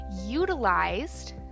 utilized